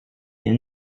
严谨